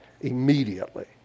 immediately